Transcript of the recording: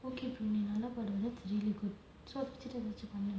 okay நீ நல்லா பாடுறே:nee nallaa paadurae lah it's really good